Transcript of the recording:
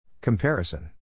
Comparison